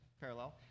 parallel